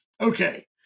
okay